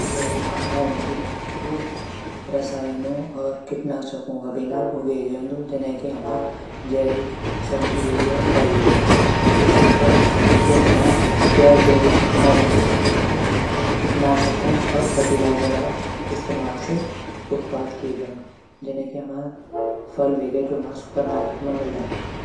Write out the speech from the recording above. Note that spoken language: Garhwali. जू जैविक खाणों वंदु ऊ रसायनु और कीटनासकु ग बिना उगाये जानदू जने की हमा जैविक सब्ज़ी वेगी और फल वेज्ञा दूसरी तरफ़ जू हमा ग़ैर जैविक खाणों वंदु ऊ कीटनासकु और फर्टिलाइजर आ इस्तेमाल से उत्पाद किए जानदू जने की हमा फल वेज्ञा जू हमा सुपरमार्केट म मिल्दा।